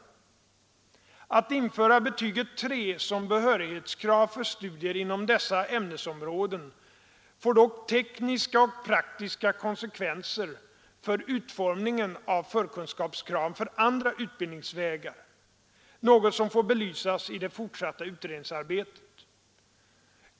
Att införa betyget 3 som behörighetskrav för studier inom dessa ämnesområden får dock tekniska och praktiska konsekvenser för utformningen av förkunskapskraven för andra utbildningsvägar, något som får belysas i det fortsatta utredningsarbetet.